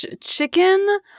chicken